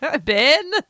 Ben